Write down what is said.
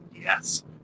Yes